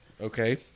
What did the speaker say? Okay